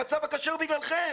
המצב הקשה הוא בגללכם